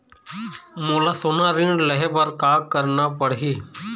मोला सोना ऋण लहे बर का करना पड़ही?